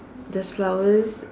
there's flowers